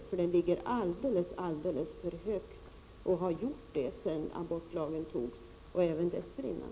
Siffrorna ligger alldeles för högt och har gjort det sedan abortlagen antogs, och även dessförinnan.